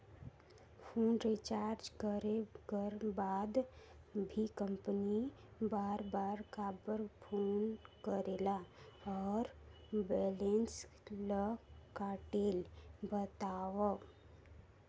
Phone recharge करे कर बाद भी कंपनी बार बार काबर फोन करेला और बैलेंस ल काटेल बतावव?